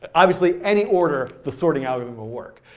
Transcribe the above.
but obviously any order the sorting algorithm will work.